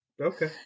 Okay